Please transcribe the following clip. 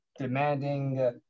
demanding